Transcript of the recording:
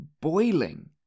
boiling